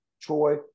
Troy